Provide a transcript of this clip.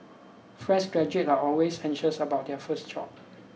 fresh graduates are always anxious about their first job